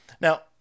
Now